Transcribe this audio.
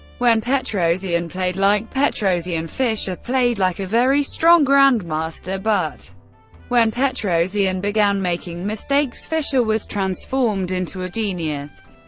when petrosian played like petrosian, fischer played like a very strong grandmaster, but when petrosian began making mistakes, fischer was transformed into a genius.